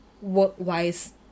Work-wise